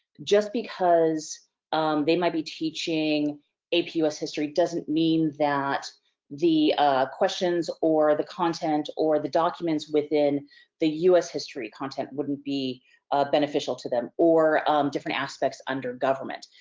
just because they might be teaching ap us history doesn't mean that the questions, or the content, or the documents within the us history content wouldn't be beneficial to them, or different aspects under government.